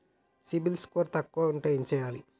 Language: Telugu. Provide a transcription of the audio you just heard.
సిబిల్ స్కోరు తక్కువ ఉంటే ఏం చేయాలి?